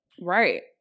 right